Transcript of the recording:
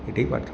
এটাই পার্থক্য